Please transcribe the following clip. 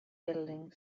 building